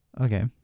Okay